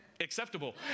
acceptable